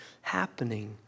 happening